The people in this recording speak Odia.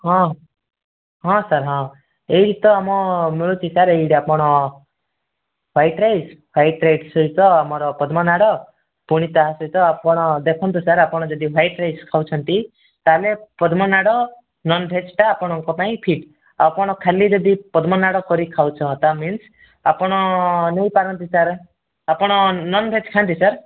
ହଁ ହଁ ସାର୍ ହଁ ଏଇଠି ତ ଆମ ମିଳୁଛି ସାର୍ ଏଇଠି ଆପଣ ହ୍ୱାଇଟ୍ ରାଇସ୍ ହ୍ୱାଇଟ୍ ରାଇସ୍ ସହିତ ଆମର ପଦ୍ମନାଡ଼ ପୁଣି ତା' ସହିତ ଆପଣ ଦେଖନ୍ତୁ ସାର୍ ଆପଣ ଯଦି ହ୍ୱାଇଟ୍ ରାଇସ୍ ଖାଉଛନ୍ତି ତାହେଲେ ପଦ୍ମନାଡ଼ ନନଭେଜଟା ଆପଣଙ୍କ ପାଇଁ ଫିଟ୍ ଆଉ ଆପଣ ଖାଲି ଯଦି ପଦ୍ମନାଡ଼ କରିକି ଖାଉଛ ତା' ମିନସ୍ ଆପଣ ନେଇପାରନ୍ତି ସାର୍ ଆପଣ ନନଭେଜ୍ ଖାଆନ୍ତି ସାର୍